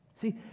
See